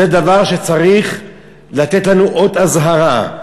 זה דבר שצריך לתת לנו אות אזהרה.